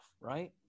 right